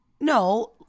No